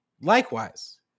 likewise